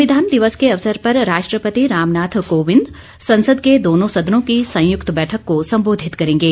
संविधान दिवस के अवसर पर राष्ट्रपति रामनाथ कोविंद संसद के दोनों सदनों की संयुक्त बैठक को सम्बोधित करेंगे